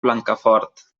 blancafort